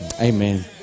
Amen